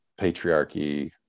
patriarchy